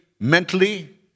mentally